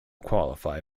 qualify